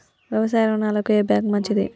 వ్యవసాయ రుణాలకు ఏ బ్యాంక్ మంచిది?